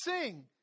sing